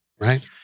Right